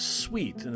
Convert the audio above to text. sweet